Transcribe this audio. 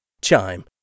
Chime